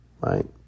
right